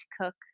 cook